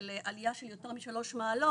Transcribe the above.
של עלייה של יותר מ-3 מעלות,